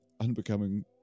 unbecoming